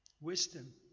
Wisdom